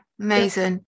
amazing